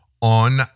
on